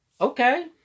Okay